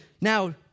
now